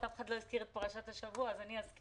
אף אחד לא הזכיר את פרשת השבוע אז אני אזכיר: